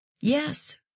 Yes